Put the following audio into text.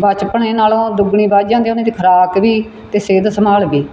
ਬਚਪਨ ਨਾਲੋਂ ਦੁੱਗਣੀ ਵੱਧ ਜਾਂਦੀ ਹੈ ਉਹਨਾਂ ਦੀ ਖੁਰਾਕ ਵੀ ਅਤੇ ਸਿਹਤ ਸੰਭਾਲ ਵੀ